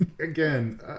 Again